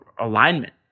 alignment